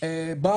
בא